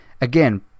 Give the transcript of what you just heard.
again